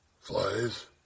Flies